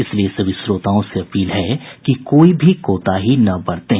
इसलिए सभी श्रोताओं से अपील है कि कोई भी कोताही न बरतें